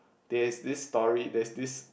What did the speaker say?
there is this story there is this